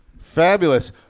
Fabulous